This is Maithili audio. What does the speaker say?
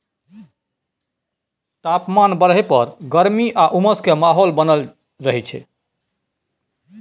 तापमान बढ़य पर गर्मी आ उमस के माहौल बनल रहय छइ